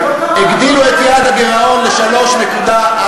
הגדילו את יעד הגירעון ל-3.4%.